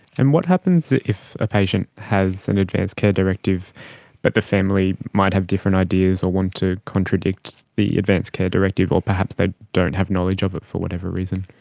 and what happens if a patient has an advance care directive but the family might have different ideas or want to contradict the advance care directive or perhaps they don't have knowledge of it, for whatever reason?